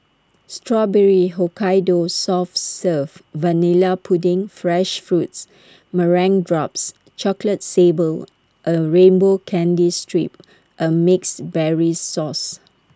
Strawberry Hokkaido soft serve Vanilla pudding fresh fruits meringue drops chocolate sable A rainbow candy strip and mixed berries sauce